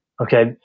okay